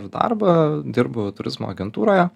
darbą dirbu turizmo agentūroje